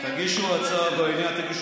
תגישו הצעה בעניין, תכתוב למנדלבליט.